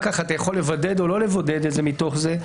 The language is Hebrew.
כך אתה יכול לבודד או לא לבודד את זה מתוך זה,